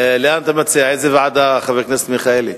לאיזו ועדה אתה מציע, חבר הכנסת מיכאלי?